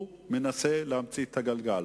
הוא מנסה להמציא את הגלגל.